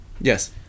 Yes